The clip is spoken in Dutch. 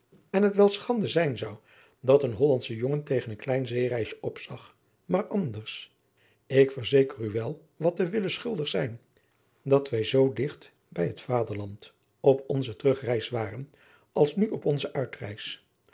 en het wel schande zijn zou dat een hollandsche jongen tegen een klein zeereisje opzag maar anders ik verzeker u wel wat te willen schuldig zijn dat wij zoo digt bij het vaderland op onze terugreis waren als nu op onze